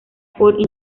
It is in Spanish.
por